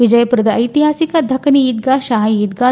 ವಿಜಯಪುರದ ಐತಿಹಾಸಿಕ ದಖನಿ ಈದ್ದಾ ಶಾಹಿ ಈದ್ದಾ